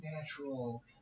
natural